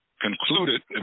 concluded –